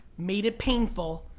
made it painful,